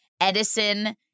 Edison